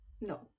No